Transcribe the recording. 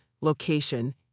location